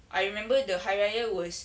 I remember the hari raya was